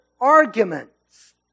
arguments